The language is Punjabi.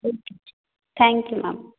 ਓਕੇ ਜੀ ਥੈਂਕ ਯੂ ਮੈਮ